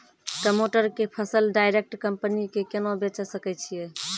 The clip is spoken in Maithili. टमाटर के फसल डायरेक्ट कंपनी के केना बेचे सकय छियै?